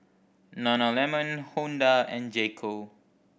Nana Lemon Honda and J Co